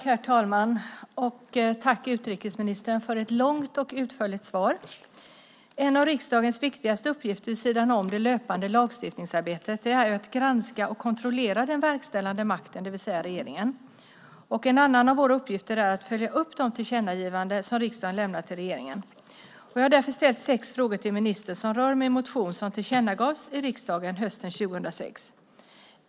Herr talman! Tack, utrikesministern, för ett långt och utförligt svar! En av riksdagens viktigaste uppgifter vid sidan om det löpande lagstiftningsarbetet är att granska och kontrollera den verkställande makten, det vill säga regeringen. En annan av våra uppgifter är att följa upp de tillkännagivanden som riksdagen lämnar till regeringen. Jag har därför ställt sex frågor till ministern som rör min motion som tillkännagavs i riksdagen hösten 2006.